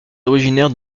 originaire